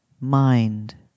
mind